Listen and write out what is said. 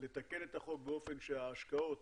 לתקן את החוק באופן שההשקעות